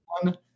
one